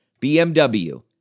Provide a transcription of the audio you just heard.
BMW